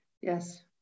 yes